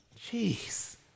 Jeez